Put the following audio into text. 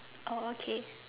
oh okay